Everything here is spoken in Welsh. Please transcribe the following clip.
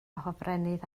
hofrennydd